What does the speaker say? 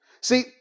See